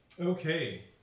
Okay